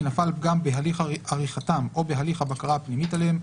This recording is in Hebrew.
נפל פגם בהליך עריכתם או בהליך הבקרה הפנימית עליהם,